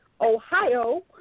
Ohio